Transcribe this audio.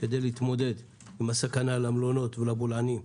כדי להתמודד עם הסכנה למלונות ולבולענים,